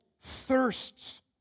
Thirsts